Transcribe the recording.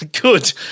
Good